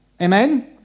Amen